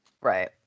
right